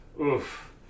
oof